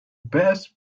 best